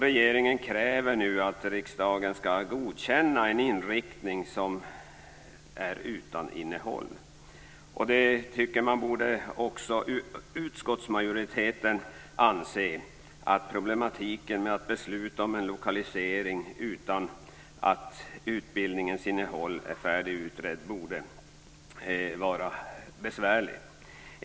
Regeringen kräver nu att riksdagen skall godkänna en inriktning som är utan innehåll. Även utskottsmajoriteten borde anse att det är besvärligt att besluta om en lokalisering utan att utbildningens innehåll är färdigutrett.